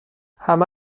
همه